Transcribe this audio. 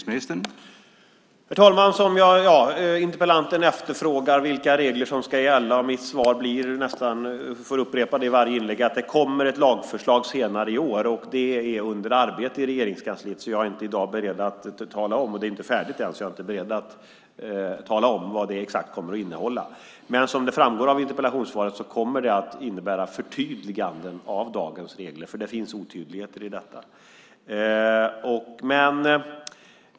Herr talman! Interpellanten efterfrågar vilka regler som ska gälla. Jag får upprepa mitt svar i varje inlägg, nämligen att det kommer ett lagförslag senare i år. Det är under arbete i Regeringskansliet. Det är inte färdigt än, och jag är i dag inte beredd att tala om exakt vad det ska innehålla. Som framgår av interpellationssvaret kommer det att innebära förtydliganden av dagens regler. Det finns otydligheter.